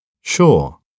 Sure